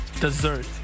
dessert